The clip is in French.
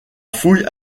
fouille